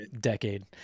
decade